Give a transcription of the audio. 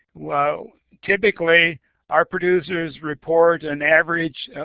well typically our producers report an average